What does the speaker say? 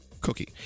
Cookie